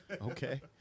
Okay